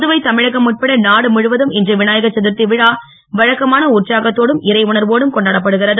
புதுவை தமிழகம் உட்பட நாடு முழுவதும் இன்று விநாயகர் சதுர்த்தி திருவிழா வழக்கமான உற்சாகத்தோடும் இறை உணர்வோடும் கொண்டாடப்படுகிறது